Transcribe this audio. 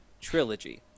trilogy